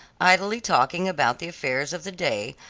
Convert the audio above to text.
idly talking about the affairs of the day,